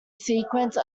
sequence